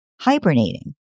hibernating